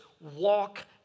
walk